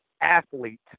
athlete